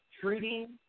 treating